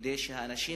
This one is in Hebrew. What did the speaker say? כדי שהאנשים,